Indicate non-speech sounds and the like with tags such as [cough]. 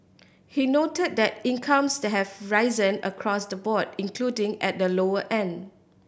he noted that incomes [unintelligible] have risen across the board including at the lower end